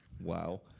Wow